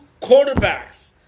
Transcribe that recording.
quarterbacks